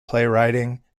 playwriting